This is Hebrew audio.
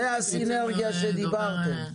זאת הסינרגיה שדיברתם עליה.